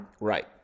Right